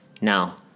Now